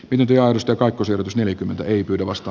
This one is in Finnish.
videoidusta kaikkosivat neljäkymmentä ei pyydä vasta